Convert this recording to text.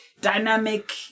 dynamic